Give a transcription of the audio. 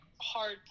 hard